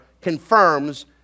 confirms